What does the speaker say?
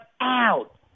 out